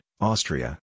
Austria